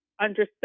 understood